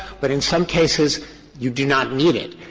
but in some cases you do not need it.